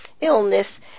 illness